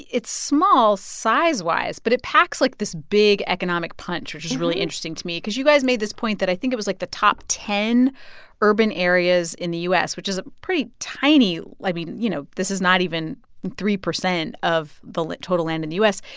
it's small size-wise, but it packs, like, this big economic punch, which was really interesting to me because you guys made this point that i think it was, like, the top ten urban areas in the u s, which is a pretty tiny i like mean, you know, this is not even three percent of the total land in the u s.